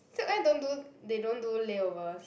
SilkAir don't do they don't do layovers